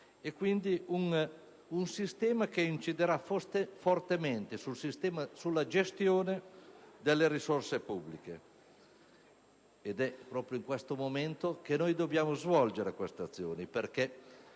e quindi un sistema che inciderà fortemente sulla gestione delle risorse pubbliche. È proprio in questo momento che dobbiamo svolgere tali azioni perché